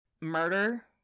murder